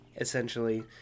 essentially